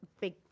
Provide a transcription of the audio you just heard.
big